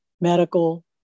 medical